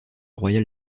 royal